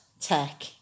tech